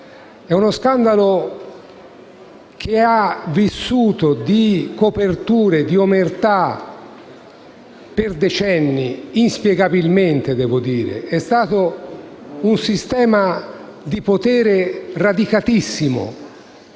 nazionale che ha vissuto di coperture e di omertà per decenni, inspiegabilmente devo dire. È stato un sistema di potere radicatissimo,